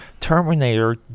Terminator